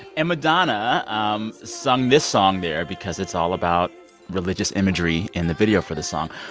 and madonna um sung this song there because it's all about religious imagery in the video for this song.